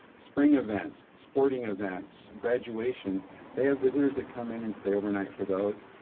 spring events, sporting events, graduations they have visitors that come in and stay overnight for those.